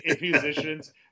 musicians